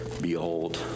Behold